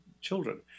children